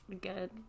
good